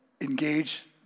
engage